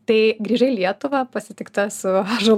tai grįžai į lietuvą pasitikta su ąžuolo